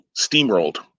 steamrolled